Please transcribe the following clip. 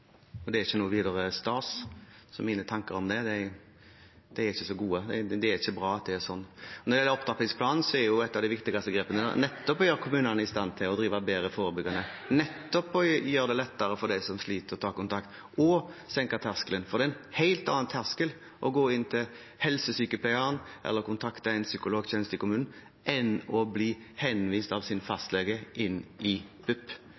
og det er ikke noe videre stas, så mine tanker om det er ikke så gode. Det er ikke bra at det er sånn. Når det gjelder opptrappingsplanen, er jo et av de viktigste grepene der nettopp å gjøre kommunene i stand til å drive bedre forebyggende, nettopp å gjøre det lettere for dem som sliter, å ta kontakt – senke terskelen. For det er en helt annen terskel å gå inn til helsesykepleieren eller kontakte en psykologtjeneste i kommunen enn å bli henvist av sin fastlege inn i